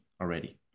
already